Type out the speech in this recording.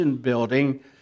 Building